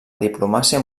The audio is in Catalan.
diplomàcia